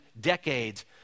decades